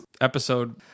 episode